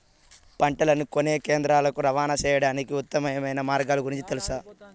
పంటలని కొనే కేంద్రాలు కు రవాణా సేయడానికి ఉత్తమమైన మార్గాల గురించి తెలుసా?